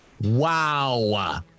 Wow